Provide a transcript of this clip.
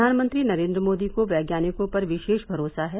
प्रधानमंत्री नरेन्द्र मोदी को वैज्ञानिकों पर विशेष भरोसा है